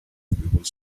people